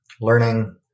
learning